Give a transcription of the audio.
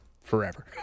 Forever